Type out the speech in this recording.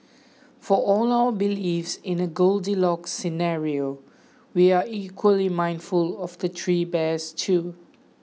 for all our belief in a Goldilocks scenario we are equally mindful of the three bears too